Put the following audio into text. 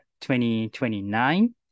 2029